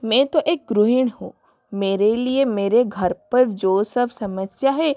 मैं तो एक ग्रुहिणी हूँ मेरे लिए मेरे घर पर जो सब समस्या है